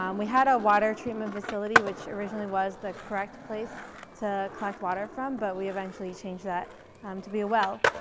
um we had a water treatment facility, which originally was the correct place to collect water from. but we eventually changed that um to be a well.